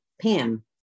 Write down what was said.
Pam